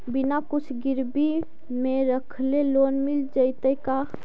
बिना कुछ गिरवी मे रखले लोन मिल जैतै का?